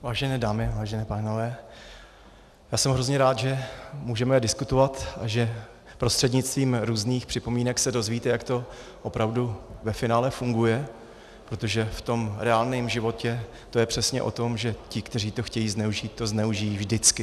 Vážené dámy, vážení pánové, jsem hrozně rád, že můžeme diskutovat a že prostřednictvím různých připomínek se dozvíte, jak to opravdu ve finále funguje, protože v tom reálném životě to je přesně o tom, že ti, kteří to chtějí zneužít, to zneužijí vždycky.